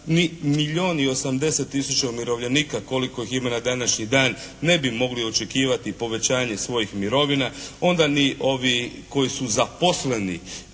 ni milijun i 80 tisuća umirovljenika koliko ih ima na današnji dan ne bi mogli očekivati povećanje svojih mirovina, onda ni ovi koji su zaposleni,